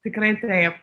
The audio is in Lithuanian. tikrai taip